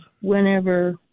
whenever